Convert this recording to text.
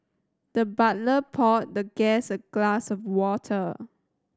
the butler poured the guest a glass of water